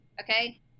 okay